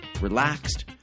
relaxed